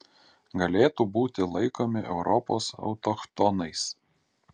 galėtų būti laikomi europos autochtonais